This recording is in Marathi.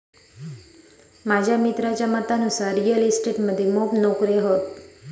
माझ्या मित्राच्या मतानुसार रिअल इस्टेट मध्ये मोप नोकर्यो हत